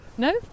No